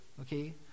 okay